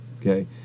okay